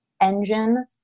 engine